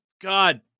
God